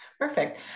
Perfect